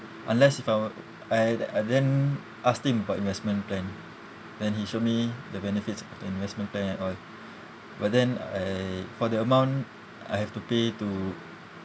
unless if I were I uh then asked him about investment plan then he showed me the benefits of the investment plan and all but then I for the amount I have to pay to